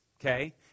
okay